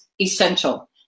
essential